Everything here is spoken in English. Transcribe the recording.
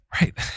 Right